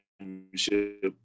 championship